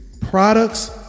products